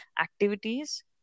activities